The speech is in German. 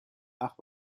ach